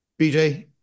BJ